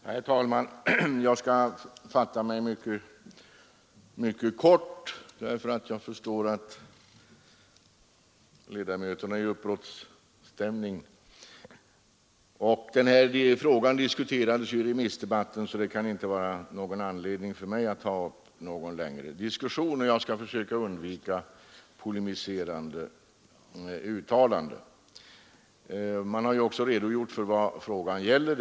Herr talman! Jag skall fatta mig mycket kort, eftersom jag förstår att ledamöterna är i uppbrottsstämning. Den här frågan om prishöjningar och skatter diskuterades ju under remissdebatten, och det kan därför inte vara någon anledning för mig att ta upp en längre diskussion. Jag skall försöka undvika polemiserande uttalanden. Man har ju också redogjort för vad frågan gäller.